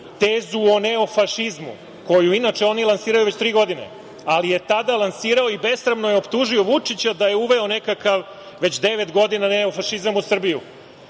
tezu o neofašizmu, koju inače oni lansiraju već tri godine, ali je tada lansirao i besramno je optužio Vučića da je uveo nekakav, već devet godina neofašizam u